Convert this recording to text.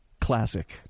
Classic